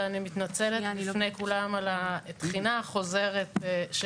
ואני מתנצלת בפני כולם על הטחינה החוזרת של